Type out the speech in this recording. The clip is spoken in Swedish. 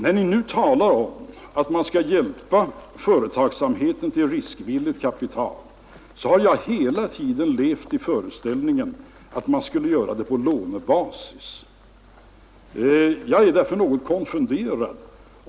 När ni talat om att man skall hjälpa företagsamheten till riskvilligt kapital, har jag hela tiden levt i föreställningen att man skulle göra det på lånebasis. Jag är därför något konfunderad.